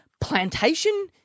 plantation